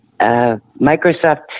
Microsoft